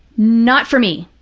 not for me.